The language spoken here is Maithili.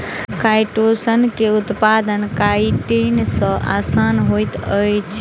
काइटोसान के उत्पादन काइटिन सॅ आसान होइत अछि